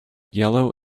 yellow